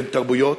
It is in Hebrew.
בין תרבויות,